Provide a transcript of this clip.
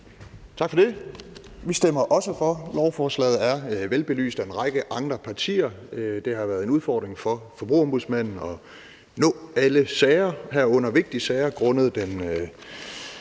Tak for det. Vi stemmer også for lovforslaget, der er velbelyst af en række andre partier. Det har været en udfordring for Forbrugerombudsmanden at nå alle sager, herunder vigtige sager, grundet den